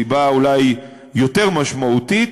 סיבה אולי יותר משמעותית,